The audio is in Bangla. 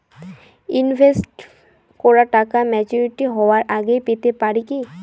ইনভেস্ট করা টাকা ম্যাচুরিটি হবার আগেই পেতে পারি কি?